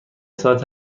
ساعت